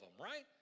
right